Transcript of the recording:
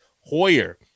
Hoyer